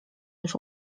już